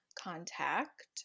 contact